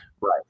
right